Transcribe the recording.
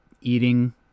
eating